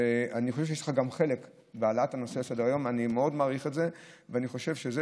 אני חושב שיש גם לך חלק בהעלאת הנושא על סדר-היום.